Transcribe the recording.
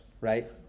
right